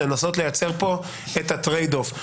לנסות לייצר פה את הטרייד אוף.